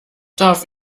darf